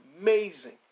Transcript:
amazing